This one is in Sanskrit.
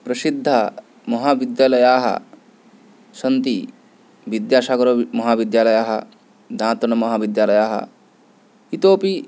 प्रसिद्धा महाविद्यालयाः सन्ति विद्यासागरमहाविद्यालयः दातनमहाविद्यालयः इतोऽपि